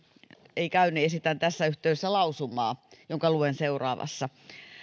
ei käy esitän tässä yhteydessä lausumaa jonka luen seuraavassa